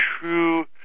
true